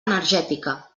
energètica